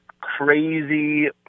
crazy